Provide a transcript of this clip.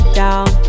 down